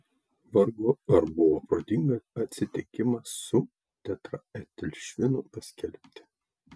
vargu ar buvo protinga atsitikimą su tetraetilšvinu paskelbti